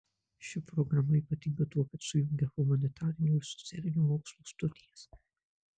ši programa ypatinga tuo kad sujungia humanitarinių ir socialinių mokslų studijas